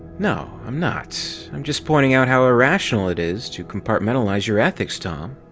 no, i'm not. i'm just pointing out how irrational it is to compartmentalize your ethics, tom.